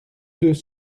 deux